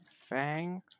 Fang